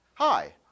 Hi